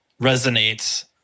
resonates